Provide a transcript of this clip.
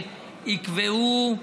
יקבעו,